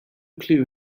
clue